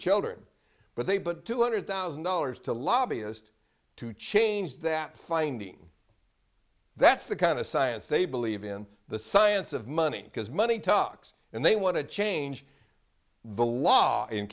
children but they but two hundred thousand dollars to lobbyist to change that finding that's the kind of science they believe in the science of money because money talks and they want to change the law in